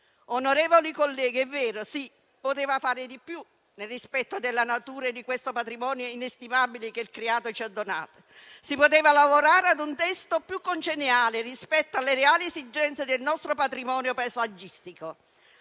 Onorevoli colleghi, è vero che si poteva fare di più nel rispetto della natura e di questo patrimonio inestimabile che il creato ci ha donato. Si poteva lavorare ad un testo più congeniale rispetto alle reali esigenze del nostro patrimonio paesaggistico,